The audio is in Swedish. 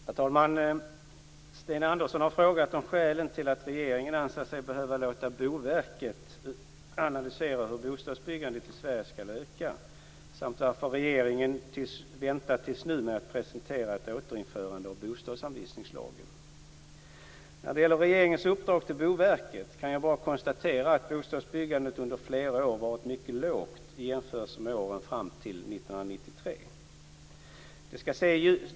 Herr talman! Sten Andersson har frågat om skälen till att regeringen anser sig behöva låta Boverket analysera hur bostadsbyggandet i Sverige skall öka samt varför regeringen väntat tills nu med att presentera ett återinförande av bostadsanvisningslagen. När det gäller regeringens uppdrag till Boverket kan jag bara konstatera att bostadsbyggandet under flera år har varit mycket lågt i jämförelse med åren fram till 1993.